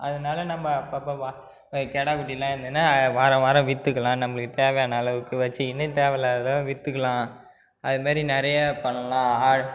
அதனால நம்ம அப்போப்ப வ கெடா குட்டிலாம் இருந்துன்னா வாரம் வாரம் விற்றுக்கலாம் நம்மளுக்கு தேவையான அளவுக்கு வெச்சுக்கின்னு தேவையில்லாததெல்லாம் விற்றுதுக்குலாம் அது மாதிரி நிறைய பண்ணலாம் ஆடு